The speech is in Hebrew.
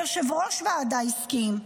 ויושב-ראש הוועדה הסכים,